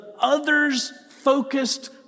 others-focused